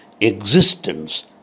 existence